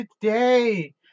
today